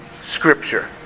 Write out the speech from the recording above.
Scripture